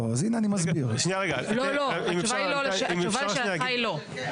לא, התשובה לשאלתך היא לא.